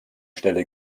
stelle